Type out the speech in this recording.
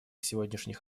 сегодняшних